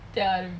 ya